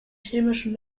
chemischen